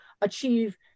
achieve